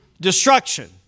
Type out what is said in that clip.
destruction